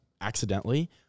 accidentally